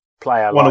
player